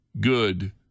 good